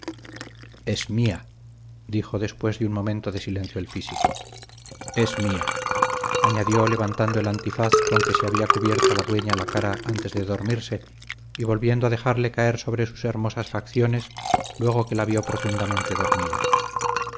es mía dijo después de un momento de silencio el físico es mía añadió levantando el antifaz con que se había cubierto la dueña la cara antes de dormirse y volviendo a dejarle caer sobre sus hermosas facciones luego que la vio profundamente dormida